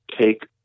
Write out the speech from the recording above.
take